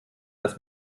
dass